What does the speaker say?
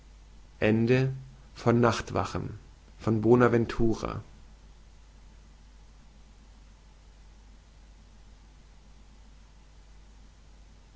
nachtwachen von bonaventura